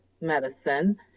medicine